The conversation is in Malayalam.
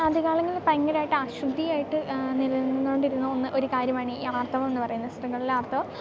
ആദ്യ കാലങ്ങളിൽ ഭയങ്കരമായിട്ട് അശുദ്ധിയായിട്ട് നിലനിന്നുകൊണ്ടിരുന്ന ഒന്ന് ഒരു കാര്യമാണ് ഈ ആർത്തവം എന്നു പറയുന്നത് സ്ത്രീകളിലെ ആർത്തവം